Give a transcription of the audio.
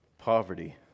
poverty